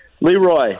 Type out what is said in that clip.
Leroy